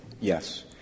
Yes